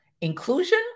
Inclusion